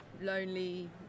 lonely